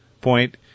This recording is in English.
point